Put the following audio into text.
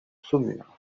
saumure